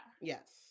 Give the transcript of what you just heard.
Yes